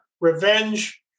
revenge